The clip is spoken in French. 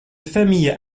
famille